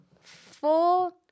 four